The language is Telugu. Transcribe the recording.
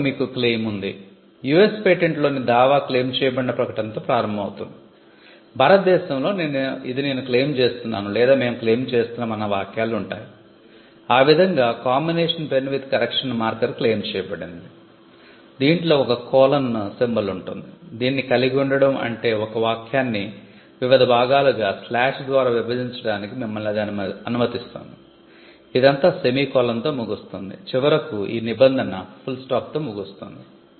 చివరకు మీకు క్లెయిమ్ తో ముగుస్తుంది